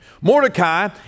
Mordecai